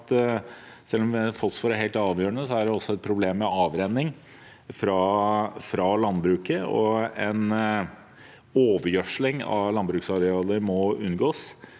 selv om fosfor er helt avgjørende, er det også et problem med avrenning fra landbruket, og en overgjødsling av landbruksarealer må unngås.